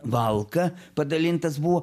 valką padalintas buvo